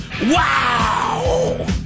Wow